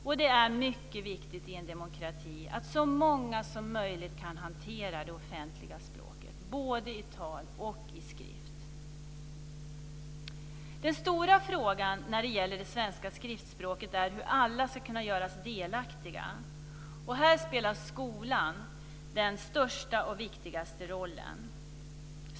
Och det är mycket viktigt i en demokrati att så många som möjligt kan hantera det offentliga språket, både i tal och i skrift. Den stora frågan när det gäller det svenska skriftspråket är hur alla ska kunna göras delaktiga. Här spelar skolan den största och viktigaste rollen.